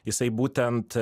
jisai būtent